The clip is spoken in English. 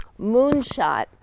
Moonshot